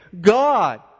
God